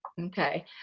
Okay